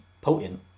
potent